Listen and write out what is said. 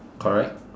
correct